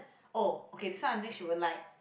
oh okay this one i don't think she won't like